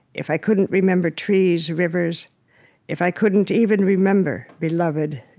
if i couldn't remember trees, rivers if i couldn't even remember, beloved,